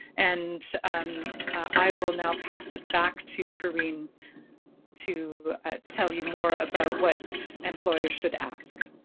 and i will now pass it back to corrine to ah tell you more about what employers should ask.